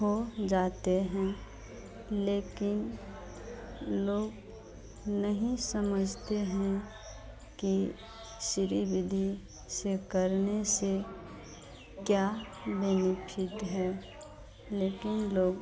हो जाती है लेकिन लोग नहीं समझते हैं कि सिरि विधि से करने से क्या बेनिफिट है लेकिन लोग